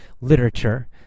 literature